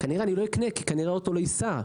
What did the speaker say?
כנראה לא אקנה כי כנראה האוטו לא ייסע,